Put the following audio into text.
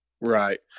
Right